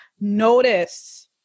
notice